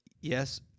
Yes